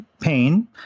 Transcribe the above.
pain